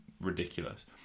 ridiculous